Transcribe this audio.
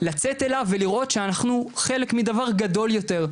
לצאת אליו ולראות שאנחנו חלק מדבר גדול יותר,